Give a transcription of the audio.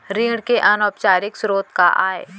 ऋण के अनौपचारिक स्रोत का आय?